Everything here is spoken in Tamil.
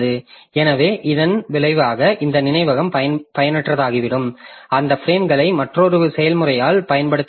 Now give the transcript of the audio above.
எனவே இதன் விளைவாக இந்த நினைவகம் பயனற்றதாகிவிடும் அந்த பிரேம்களை மற்றொரு செயல்முறையால் பயன்படுத்த முடியாது